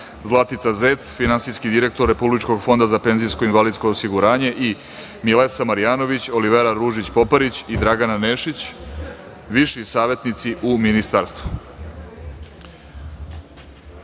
Zlatica Zec, finansijski direktor Republičkog fonda za penzijsko i invalidsko osiguranje i Milesa Marjanović, Olivera Ružić Poparić i Dragana Nešić, viši savetnici u Ministarstvu. Pozdravljam